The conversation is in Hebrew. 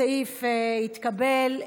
הסעיף התקבל,